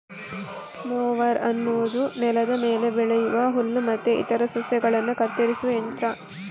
mower ಅನ್ನುದು ನೆಲದ ಮೇಲೆ ಬೆಳೆಯುವ ಹುಲ್ಲು ಮತ್ತೆ ಇತರ ಸಸ್ಯಗಳನ್ನ ಕತ್ತರಿಸುವ ಯಂತ್ರ